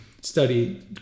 study